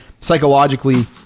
psychologically